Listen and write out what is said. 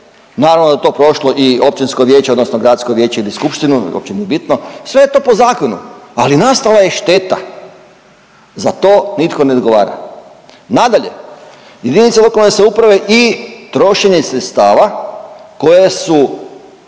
Naravno da je to prošlo i općinsko vijeće odnosno gradsko vijeće ili skupštinu uopće nije bitno, sve je to po zakonu, ali nastala je šteta. Za to nitko ne odgovara. Nadalje, jedinice lokalne samouprave i trošenje sredstava koja su